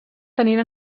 tenint